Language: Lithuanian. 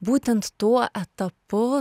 būtent tuo etapu